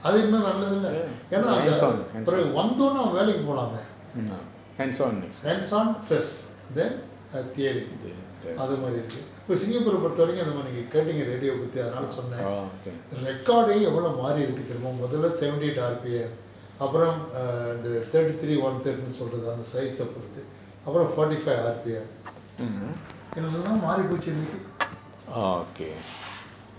அது இன்னும் நல்லதில்ல ஏன்னா அந்த பிறகு வந்தொன்னே அவன் வேலைக்கு போலாமே:athu innum nallathilla yenaa antha piragu vanthonne avan velaiku polame hands on first then the theory அது மாரி இருக்கு இப்ப:athu maari iruku ippe singapore ah பொருத்தவரைக்கும் அந்த மாரி நீங்க கேட்டீங்க:poruthavaraikum antha maari neenga ketinga radio வ பத்தி அதான் சொன்னேன்:va pathi athan sonnaen record eh எவளோ மாரி இருக்கு தெரியுமா மொதல்ல:evalo maari iruku theriyuma mothalla seventy eight R_P_M அப்புறம்:appuram err the thirty three one third ன்டு சொல்லறது அந்த:ndu sollrathu antha size ah பொருத்து அப்புறம்:poruthu appuram forty five R_P_M எல்லாம் மாரி போச்சு இன்னைக்கு:ellam maari pochu innaiku